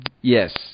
Yes